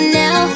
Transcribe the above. now